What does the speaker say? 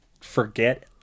forget